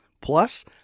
Plus